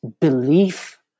belief